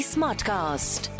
Smartcast